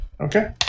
Okay